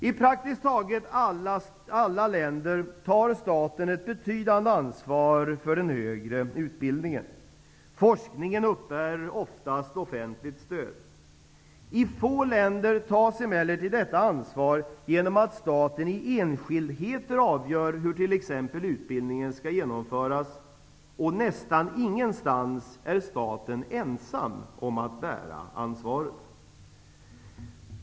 I praktiskt taget alla länder tar staten ett betydande ansvar för den högre utbildningen. Forskningen uppbär oftast offentligt stöd. I få länder tas emellertid detta ansvar genom att staten i enskildheter avgör hur t.ex. utbildningen skall genomföras, och nästan ingenstans är staten ensam om att bära ansvaret.